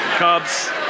Cubs